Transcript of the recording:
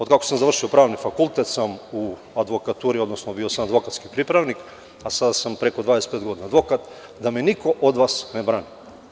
Od kako sam završio pravni fakultet sam u advokaturi, odnosno bio sam advokatski pripravnik, a sada sam preko 25 godina advokat i molim da me niko od vas ne brani.